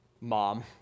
Mom